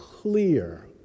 clear